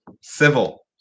Civil